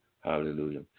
Hallelujah